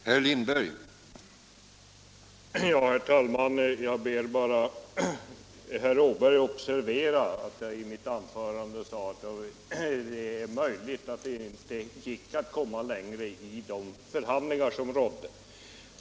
Herr talman! Jag ber herr Åberg observera att jag i mitt anförande framhöll att det är möjligt att det inte gick att komma längre vid förhandlingarna.